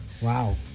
Wow